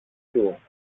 του